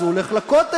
אז הוא הולך לכותל,